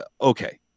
okay